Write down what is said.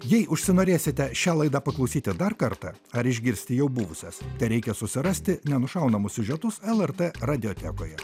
jei užsinorėsite šią laidą paklausyti dar kartą ar išgirsti jau buvusias tereikia susirasti nenušaunamas siužetus lrt radiotechnikoje